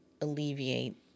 alleviate